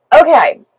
Okay